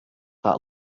that